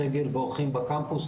סגל ואורחים בקמפוס,